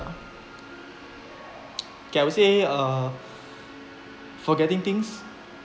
ah okay I would say ah forgetting things